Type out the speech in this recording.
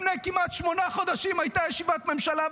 לפני כמעט שמונה חודשים הייתה ישיבת ממשלה,